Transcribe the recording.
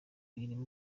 irimo